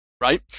right